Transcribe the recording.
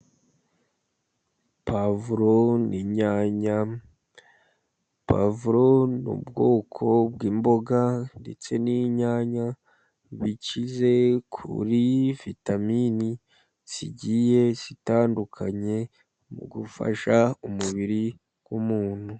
Pavuro n'inyanya. Pavuro n'ubwoko bw'imboga, ndetse n'inyanya bikize kuri vitaminini zigiye zitandukanye, mu gufasha umubiri w'umuntu.